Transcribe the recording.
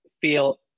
feel